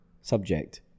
Subject